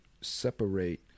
separate